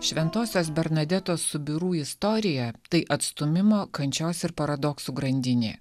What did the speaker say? šventosios bernadetos subiru istorija tai atstūmimo kančios ir paradoksų grandinė